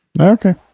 Okay